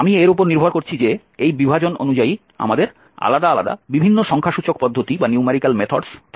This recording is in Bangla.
আমি এর উপর নির্ভর করছি যে এই বিভাজন অনুযায়ী আমাদের আলাদা আলাদা বিভিন্ন সংখ্যাসূচক পদ্ধতি থাকবে